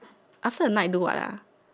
after a night do what ah